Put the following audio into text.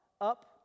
up